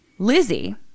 Lizzie